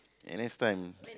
N_S time